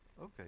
Okay